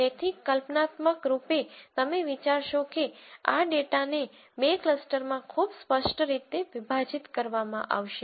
તેથી કલ્પનાત્મક રૂપે તમે વિચારશો કે આ ડેટાને બે ક્લસ્ટરોમાં ખૂબ સ્પષ્ટ રીતે વિભાજિત કરવામાં આવશે